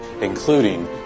including